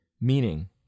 meaning